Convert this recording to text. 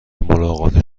ملاقات